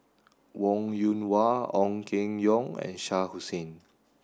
Wong Yoon Wah Ong Keng Yong and Shah Hussain